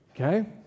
Okay